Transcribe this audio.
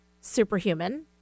superhuman